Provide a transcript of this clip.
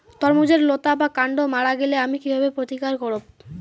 তরমুজের লতা বা কান্ড মারা গেলে আমি কীভাবে প্রতিকার করব?